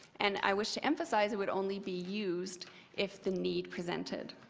and i wish to emphasize it would only be used if the need presented.